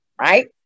right